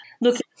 Look